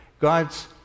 God's